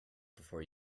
before